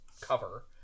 cover